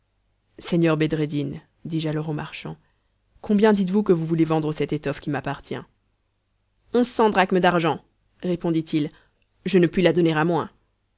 seigneur bedreddin dis-je alors au marchand combien dites-vous que vous voulez vendre cette étoffe qui m'appartient onze cents drachmes d'argent réponditil je ne puis la donner à moins